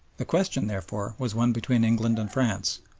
the question, therefore, was one between england and france